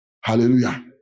Hallelujah